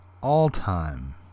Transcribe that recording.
all-time